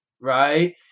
right